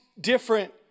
different